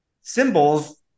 symbols